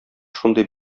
шундый